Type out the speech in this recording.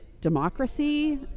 Democracy